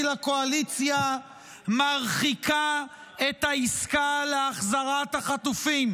לקואליציה מרחיקה את העסקה להחזרת החטופים,